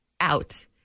out